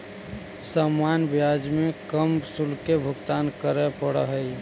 सामान्य ब्याज में कम शुल्क के भुगतान करे पड़ऽ हई